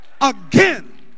again